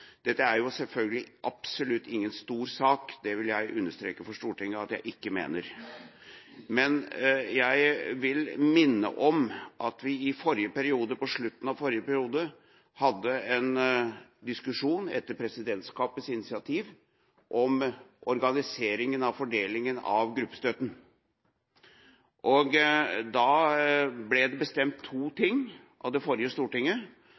Dette er selvfølgelig absolutt ingen stor sak – det vil jeg understreke for Stortinget at jeg ikke mener det er. Men jeg vil minne om at vi på slutten av forrige periode hadde en diskusjon – etter presidentskapets initiativ – om organiseringa av fordelinga av gruppestøtten. Da ble det bestemt to ting av det forrige